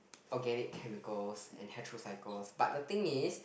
organic chemicals and heterocycles but the thing is